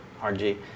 rg